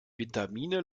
vitamine